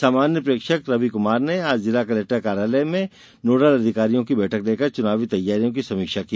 सामान्य प्रेक्षक रवि कुमार ने आज जिला कलेक्टर कार्यालय में नोडल अधिकारियों की बैठक लेकर चुनावी तैयारियों की समीक्षा की